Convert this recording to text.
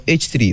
h3